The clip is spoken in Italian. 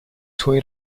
suoi